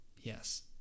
yes